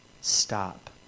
Stop